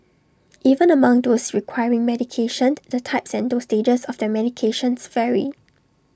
even among those requiring medication the types and dosages of their medications vary